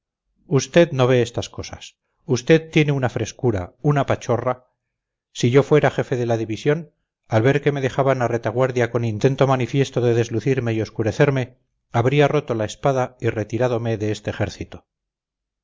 usted no ve estas cosas usted tiene una frescura una pachorra si yo fuera jefe de la división al ver que me dejaban a retaguardia con intento manifiesto de deslucirme y oscurecerme habría roto la espada y retirádome de este ejército